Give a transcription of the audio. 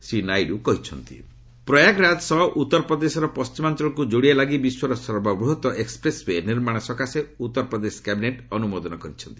UP cabinet Prayagraj ସହ ଉତ୍ତରପ୍ରଦେଶର ପଶ୍ଚିମାଞ୍ଚଳକୁ ଯୋଡ଼ିବା ଲାଗି ବିଶ୍ୱର ସର୍ବବୃହତ୍ ଏକ୍ସପ୍ରେସ୍ ଓ୍ୱେ ନିର୍ମାଣ ସକାଶେ ଉତ୍ତରପ୍ରଦେଶ କ୍ୟାବିନେଟ୍ ଅନୁମୋଦନ କରିଛନ୍ତି